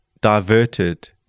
diverted